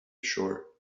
ashore